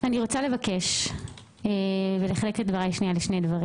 אני רוצה לבקש ולחלק את דבריי לשני דברים